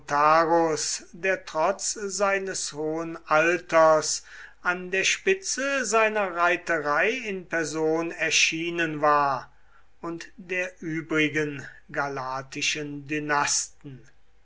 der trotz seines hohen alters an der spitze seiner reiterei in person erschienen war und der übrigen galatischen dynasten